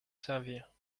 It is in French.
servir